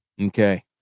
Okay